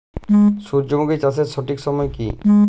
সূর্যমুখী চাষের সঠিক সময় কি?